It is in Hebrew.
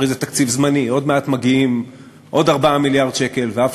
הרי זה תקציב זמני: עוד מעט מגיעים עוד 4 מיליארד שקל ואף